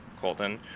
Colton